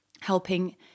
helping